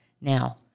Now